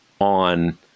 on